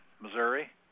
Missouri